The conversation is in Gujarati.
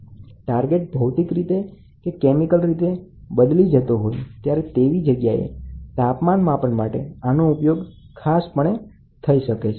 ટાર્ગેટ ભૌતિક રીતે કે કેમિકલ રીતે બદલતો હોય ત્યારે તેવી જગ્યાએ તાપમાન માપન માટે આનો ઉપયોગ થઈ શકે છે